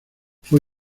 fue